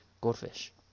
Goldfish